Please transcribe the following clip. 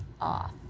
off